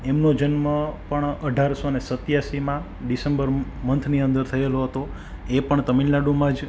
એમનો જન્મ પણ અઢારસોને સત્યાસીમાં ડિસેમ્બર મંથની અંદર થયેલો હતો એ પણ તમિલનાડુમાં જ